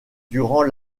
durant